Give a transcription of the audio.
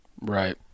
Right